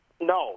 No